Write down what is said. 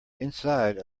inside